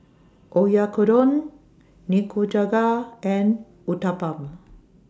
Oyakodon Nikujaga and Uthapam